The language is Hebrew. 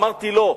אמרתי: לא,